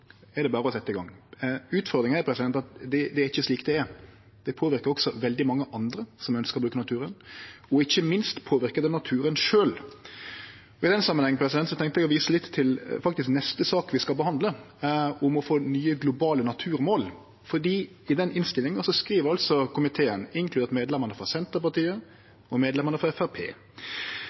er det berre å setje i gang. Utfordringa er at slik er det ikkje. Det påverkar òg veldig mange andre som ønskjer å bruke naturen, og ikkje minst påverkar det naturen sjølv. I den samanhengen tenkte eg å vise til neste sak vi skal behandle, om å få nye globale naturmål, for i den innstillinga skriv altså komiteen, inkludert medlemane frå Senterpartiet og